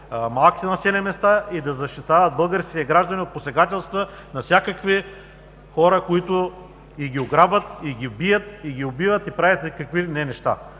малките населени места и да защитават българските граждани от посегателства – и ги ограбват, и ги бият, и ги убиват, правят какви ли не неща.